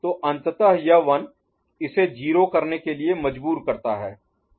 तो अंततः यह 1 इसे 0 करने के लिए मजबूर करता है